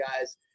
guys